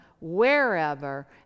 wherever